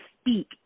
speak